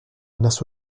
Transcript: menace